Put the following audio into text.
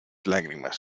lágrimas